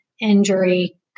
injury